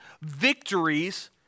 victories